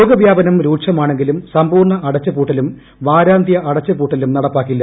രോഗവൃാപനം രൂക്ഷമാണെങ്കിലും സമ്പൂർണ അടച്ചുപൂട്ടലും വാരാന്ത്യ അടച്ചുപൂട്ടലും നടപ്പാക്കില്ല